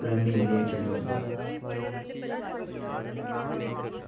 कुदै मेले चली गे